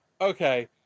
okay